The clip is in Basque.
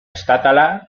estatala